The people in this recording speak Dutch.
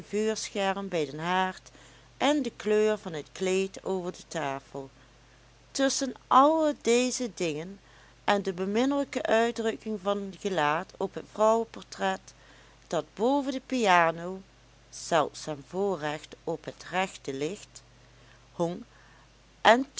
vuurscherm bij den haard en de kleur van het kleed over de tafel tusschen alle deze dingen en de beminnelijke uitdrukking van gelaat op het vrouweportret dat boven de piano zeldzaam voorrecht op het rechte licht hong en